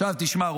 עכשיו תשמע,